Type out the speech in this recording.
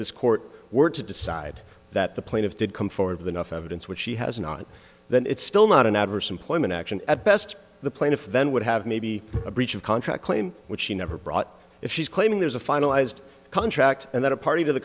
this court were to decide that the plaintiff did come forward with enough evidence which she has not then it's still not an adverse employment action at best the plaintiff then would have maybe a breach of contract claim which she never brought if she's claiming there's a finalized contract and that a party to the